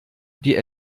die